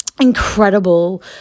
incredible